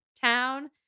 town